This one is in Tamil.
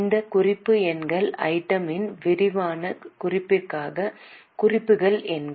இந்த குறிப்பு எண்கள் ஐட்டம் யின் விரிவான குறிப்பிற்கான குறிப்புகள் எண்கள்